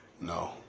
no